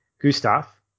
gustav